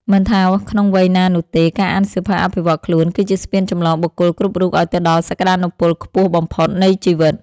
មិនថាក្នុងវ័យណានោះទេ ការអានសៀវភៅអភិវឌ្ឍខ្លួនគឺជាស្ពានចម្លងបុគ្គលគ្រប់រូបឱ្យទៅដល់សក្ដានុពលខ្ពស់បំផុតនៃជីវិត។